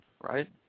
right